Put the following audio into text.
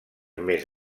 més